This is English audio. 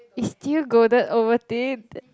is still golden Ovaltine